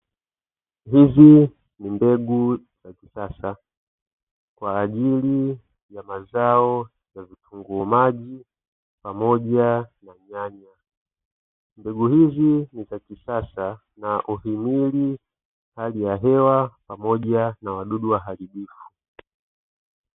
Hizi ni mbegu za kisasa kwa ajili ya mazao ya vitunguu maji, pamoja na nyanya. Mbegu hizi ni za kisasa na zina uhimili wa hali ya hewa pamoja na wadudu waharibifu.